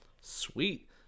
Sweet